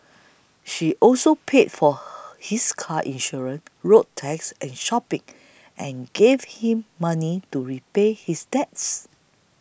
she also paid for his car insurance road tax and shopping and gave him money to repay his debts